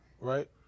right